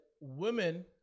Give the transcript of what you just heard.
women